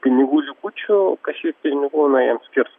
pinigų likučių kažkiek pinigų na jiem skirs